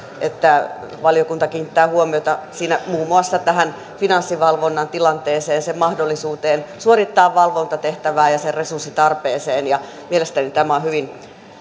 että valiokunta kiinnittää huomiota siinä muun muassa tähän finanssivalvonnan tilanteeseen sen mahdollisuuteen suorittaa valvontatehtävää ja sen resurssitarpeeseen ja mielestäni tämä on hyvin